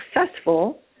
successful